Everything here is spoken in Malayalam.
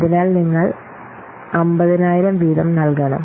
അതിനാൽ നിങ്ങൾ 50000 വീതം നൽകണം